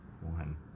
one